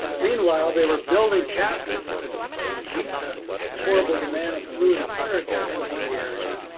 meanwhile they were building caskets to meet the horrible demand of flu and fire deaths up in the area.